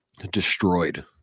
destroyed